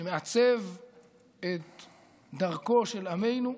שמעצב את דרכו של עמנו,